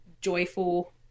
joyful